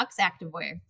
Activewear